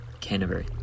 Canterbury